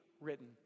written